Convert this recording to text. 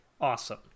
Awesome